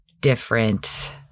different